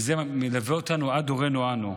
וזה מלווה אותנו עד הורינו אנו.